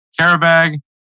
Carabag